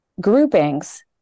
groupings